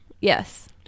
Yes